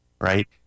right